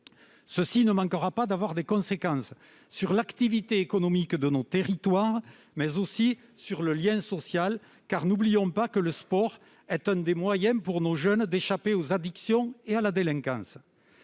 qui ne manquera pas d'avoir des conséquences sur l'activité économique de nos territoires et sur le lien social- n'oublions pas que le sport est l'un des moyens pour nos jeunes d'échapper aux addictions et à la délinquance.